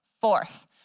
Fourth